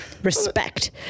respect